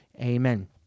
Amen